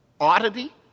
oddity